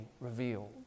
revealed